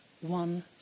one